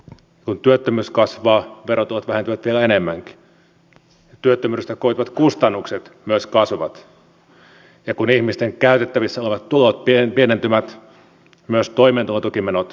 kun työttömyys kasvaa verotulot vähentyvät vielä enemmänkin ja työttömyydestä koituvat kustannukset myös kasvavat ja kun ihmisten käytettävissä olevat tulot pienentyvät myös toimeentulotukimenot kasvavat